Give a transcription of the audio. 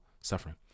suffering